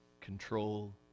control